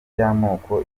y’amoko